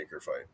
fight